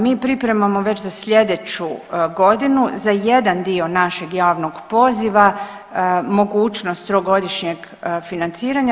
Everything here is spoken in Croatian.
Mi pripremamo već sa sljedeću godinu za jedan dio našeg javnog poziva mogućnost trogodišnjeg financiranja.